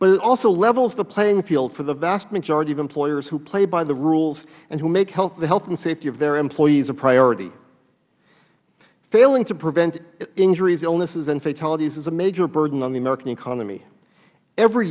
it also levels the playing field for the vast majority of employers who play by the rules and who make the health and safety of their employees a priority failing to prevent injuries illnesses and fatalities is a major burden on the american economy every